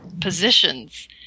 positions